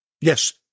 Yes